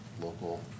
local